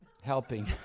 helping